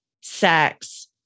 sex